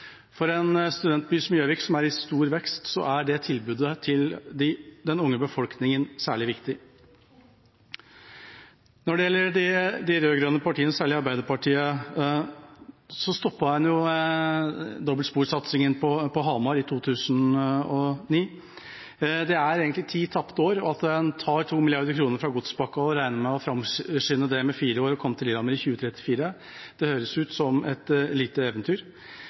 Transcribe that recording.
For en studentby som Gjøvik, som er i stor vekst, er dette tilbudet særlig viktig for den unge befolkningen. Når det gjelder de rød-grønne partiene, særlig Arbeiderpartiet, stoppet en jo dobbeltsporsatsingen på Hamar i 2009. Det er egentlig ti tapte år, og at en tar 2 mrd. kr fra godspakken og regner med å framskynde det med fire år og komme til Lillehammer i 2034, høres ut som et lite eventyr.